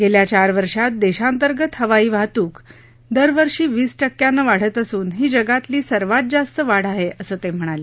गेल्या चार वर्षात देशांतर्गत हवाई वाहतूक दरवर्षी वीस टक्क्यानी वाढत असून ही जगातली सर्वात जास्त वाढ आहे असं ते म्हणाले